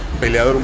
peleador